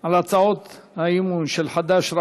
על הצעות האי-אמון של חד"ש,